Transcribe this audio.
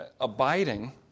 Abiding